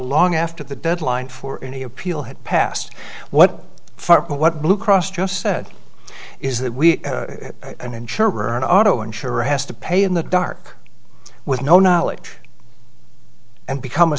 long after the deadline for any appeal had passed what for what blue cross just said is that we can insure an auto insurer has to pay in the dark with no knowledge and become a